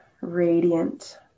radiant